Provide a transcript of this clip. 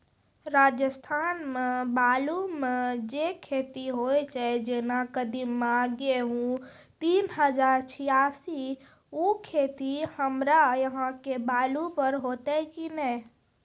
राजस्थान मे बालू मे जे खेती होय छै जेना कदीमा, गेहूँ तीन हजार छियासी, उ खेती हमरा यहाँ के बालू पर होते की नैय?